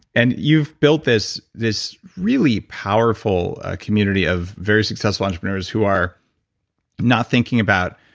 and you've built this this really powerful community of very successful entrepreneurs who are not thinking about,